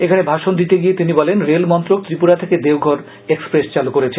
এখানে ভাষণ দিতে গিয়ে তিনি বলেন রেলমন্ত্রক ত্রিপুরা থেকে দেওঘর এক্সপ্রেস চালু করেছেন